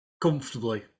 comfortably